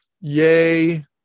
Yay